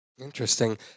Interesting